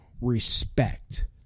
respect